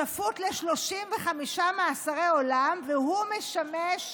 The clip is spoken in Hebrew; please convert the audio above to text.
שפוט ל-35 מאסרי עולם, והוא משמש כדובר.